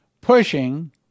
pushing